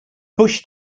bush